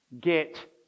get